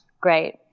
great